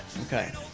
Okay